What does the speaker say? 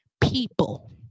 people